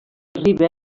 riba